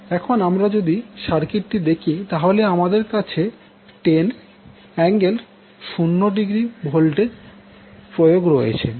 এখন আমরা যদি সার্কিটটি দেখি তাহলে আমাদের কাছে 10∠0° ভোল্টেজ প্রয়োগ রয়েছে